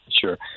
Sure